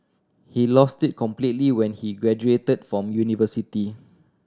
he lost it completely when he graduated from university